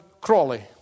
Crawley